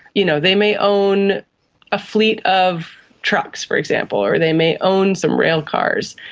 you know they may own a fleet of trucks for example, or they may own some rail cars,